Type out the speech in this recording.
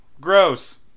Gross